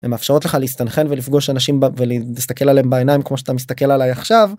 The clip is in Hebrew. מאפשרות לך להסתנכן ולפגוש אנשים ולהסתכל עליהם בעיניים כמו שאתה מסתכל עליי עכשיו.